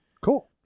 Cool